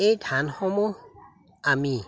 এই ধানসমূহ আমি